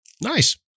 Nice